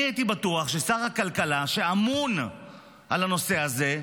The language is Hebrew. אני הייתי בטוח ששר הכלכלה, שאמון על הנושא הזה,